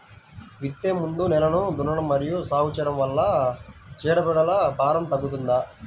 విత్తే ముందు నేలను దున్నడం మరియు సాగు చేయడం వల్ల చీడపీడల భారం తగ్గుతుందా?